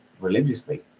religiously